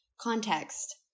context